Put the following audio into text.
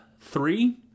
three